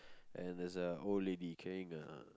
and there's a old lady carrying a